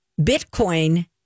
Bitcoin